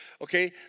Okay